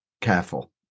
careful